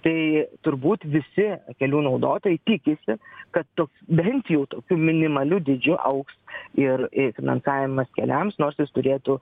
tai turbūt visi kelių naudotojai tikisi kad tu bent jau tokiu minimaliu dydžiu augs ir i finansavimas keliams nors jis turėtų